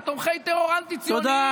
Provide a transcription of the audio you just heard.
לתומכי טרור אנטי-ציוניים,